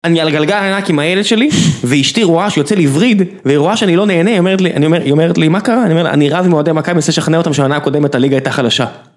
אני על גלגל הענק עם הילד שלי ואשתי רואה שהיא יוצאה לי וריד והיא רואה שאני לא נהנה היא אומרת לי מה קרה? אני אומר לה אני רב עם אוהדי מכבי, אני מנסה לשכנע אותם שהעונה הקודמת הליגה הייתה חלשה